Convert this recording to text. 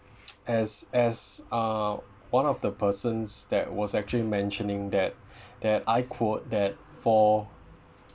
as as uh one of the persons that was actually mentioning that that I quote that for